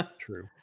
True